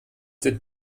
den